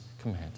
command